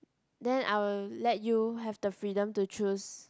then I will let you have the freedom to choose